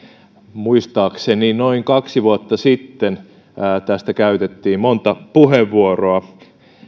muistaakseni noin kaksi vuotta sitten tästä käytettiin monta puheenvuoroa